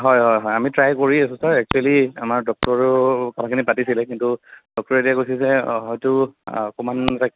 হয় হয় হয় আমি ট্ৰাই কৰি আছো ছাৰ এক্সোৱেলি আমাৰ ডক্টৰেও কথাখিনি পাতিছিলে কিন্তু ডক্টৰে এতিয়া কৈছে যে হয়তো অকণমান